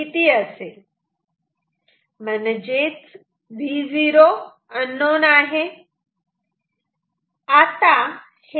म्हणजेच Vo unknown आहे